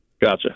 Gotcha